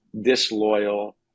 disloyal